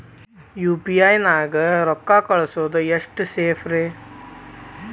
UPI ನ್ಯಾಗ ರೊಕ್ಕ ಕಳಿಸೋದು ಎಷ್ಟ ಸೇಫ್ ರೇ?